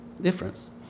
difference